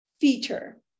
feature